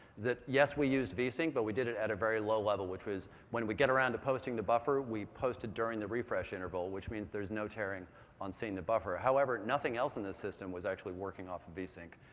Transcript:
yes, we used vsync, but did it at a very low level, which was when we get around to posting the buffer, we post it during the refresh interval, which means there's no tearing on seeing the buffer. however, nothing else in the system was actually working off of vsync.